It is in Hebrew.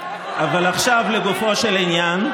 אבל עכשיו לגופו של עניין.